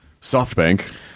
SoftBank